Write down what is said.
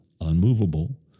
unmovable